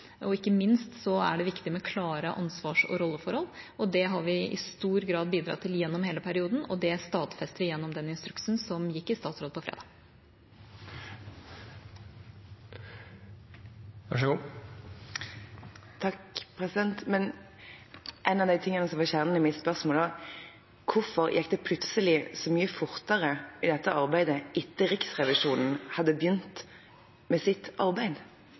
Og ikke minst er det viktig med klare ansvarsforhold og roller, og det har vi i stor grad bidratt til gjennom hele perioden. Det stadfester vi gjennom den instruksen som gikk gjennom statsråd på fredag. Det som var kjernen i mitt spørsmål, var: Hvorfor gikk det plutselig så mye fortere i dette arbeidet etter at Riksrevisjonen hadde begynt med sitt arbeid?